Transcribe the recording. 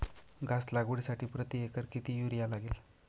घास लागवडीसाठी प्रति एकर किती युरिया लागेल?